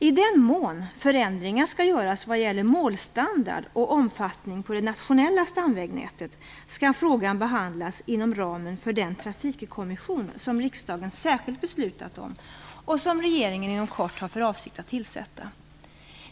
I den mån förändringar skall göras vad gäller målstandard och omfattning på det nationella stamvägnätet skall frågan behandlas inom ramen för den trafikkommission som riksdagen särskilt beslutat om och som regeringen inom kort har för avsikt att tillsätta.